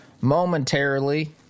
momentarily